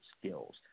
skills